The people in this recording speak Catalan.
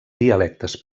dialectes